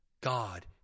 God